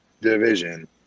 division